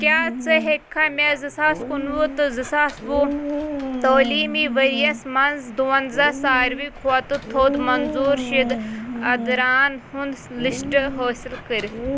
کیٛاہ ژٕ ہیٚکھا مےٚ زٕ ساس کُنوُہ تہٕ زٕ ساس وُہ تعلیٖمی ؤرۍ یَس مَنٛز دُوَنٛزاہ ساروی کھۄتہٕ تھوٚد منظوٗر شُدٕ اَدران ہُنٛد لسٹ حٲصِل کٔرتھ